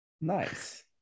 Nice